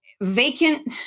vacant